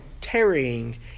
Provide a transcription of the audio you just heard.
tarrying